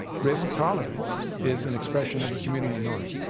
risk tolerance is an expression of a community norm.